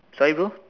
sorry bro